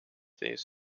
these